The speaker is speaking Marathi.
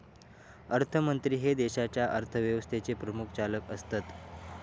अर्थमंत्री हे देशाच्या अर्थव्यवस्थेचे प्रमुख चालक असतत